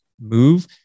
move